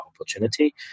opportunity